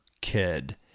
kid